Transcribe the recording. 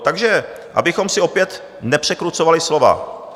Takže abychom si opět nepřekrucovali slova.